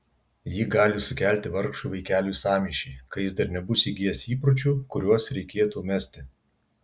ji gali sukelti vargšui vaikeliui sąmyšį kai jis dar nebus įgijęs įpročių kuriuos reikėtų mesti